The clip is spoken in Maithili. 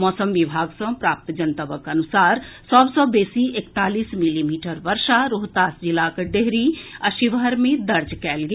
मौसम विभाग सँ प्राप्त जनतबक अनुसार सभ सँ बेसी एकतालीस मिलीमीटर वर्षा रोहतास जिलाक डेहरी आ शिवहर मे दर्ज कयल गेल